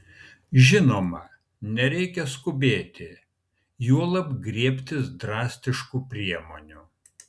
žinoma nereikia skubėti juolab griebtis drastiškų priemonių